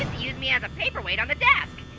use me as a paperweight on the desk.